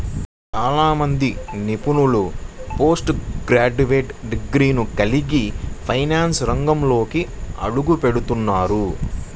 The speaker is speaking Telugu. చాలా మంది నిపుణులు పోస్ట్ గ్రాడ్యుయేట్ డిగ్రీలను కలిగి ఫైనాన్స్ రంగంలోకి అడుగుపెడుతున్నారు